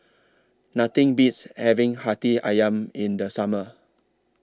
Nothing Beats having Hati Ayam in The Summer